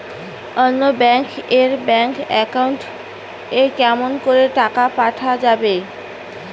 অন্য ব্যাংক এর bank account এ কেমন করে টাকা পাঠা যাবে?